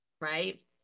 Right